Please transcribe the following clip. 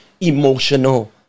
emotional